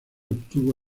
obtuvo